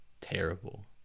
terrible